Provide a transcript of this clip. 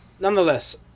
nonetheless